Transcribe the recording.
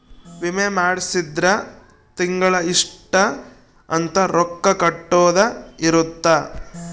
ವಿಮೆ ಮಾಡ್ಸಿದ್ರ ತಿಂಗಳ ಇಷ್ಟ ಅಂತ ರೊಕ್ಕ ಕಟ್ಟೊದ ಇರುತ್ತ